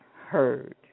heard